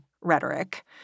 rhetoric